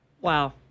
Wow